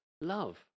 love